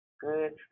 Good